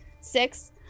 Six